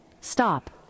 stop